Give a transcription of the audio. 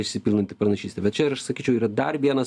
išsipildanti pranašystė bet čia ir aš sakyčiau yra dar vienas